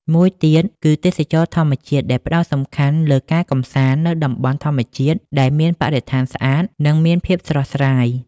មួយទៀត គឺទេសចរណ៍ធម្មជាតិដែលផ្តោតសំខាន់ទៅលើការកំសាន្តនៅតំបន់ធម្មជាតិដែលមានបរិស្ថានស្អាត និងមានភាពស្រស់ស្រាយ។